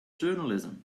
journalism